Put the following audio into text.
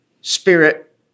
spirit